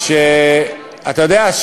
אתה יודע,